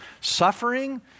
Suffering